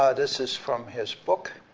ah this is from his book.